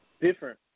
different